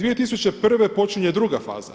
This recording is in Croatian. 2001. počinje druga faza.